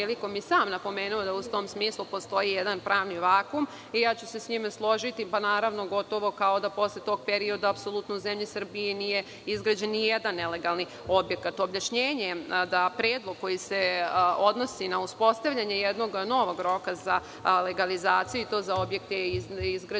i sam napomenuo da u tom smislu postoji jedan pravni vakum. Ja ću se sa njim složiti, pa, naravno. Gotovo da posle tog perioda apsolutno u zemlji Srbiji nije izgrađen nijedan nelegalni objekat. Objašnjenje da predlog koji se odnosi na uspostavljanje jednog novog roka za legalizaciju i to za objekte izgrađene